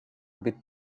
bit